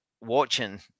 watching